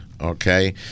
okay